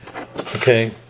Okay